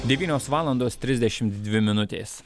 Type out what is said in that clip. devynios valandos trisdešimt dvi minutės